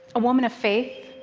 a woman of faith,